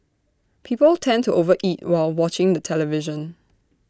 people tend to over eat while watching the television